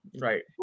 Right